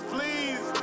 Please